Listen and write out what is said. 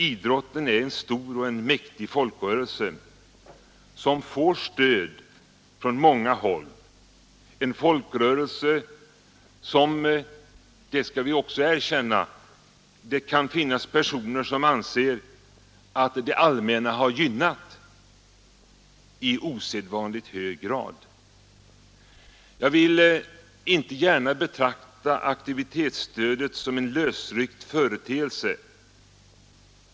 Idrotten är en stor och mäktig folkrörelse, som får stöd från många håll; vi skall erkänna att det kan finnas personer som anser att det allmänna har gynnat den folkrörelsen i osedvanligt hög grad. Jag vill inte gärna betrakta aktivitetsstödet som en lösryckt företeelse.